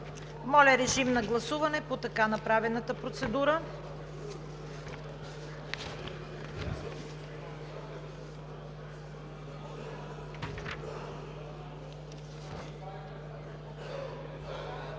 Моля, режим на гласуване по така направената процедура.